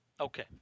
Okay